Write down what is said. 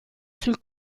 sul